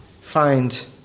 find